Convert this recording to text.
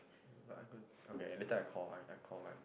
but I don't okay later I call I I call mine